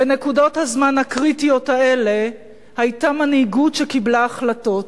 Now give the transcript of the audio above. בנקודות הזמן הקריטיות האלה היתה מנהיגות שקיבלה החלטות,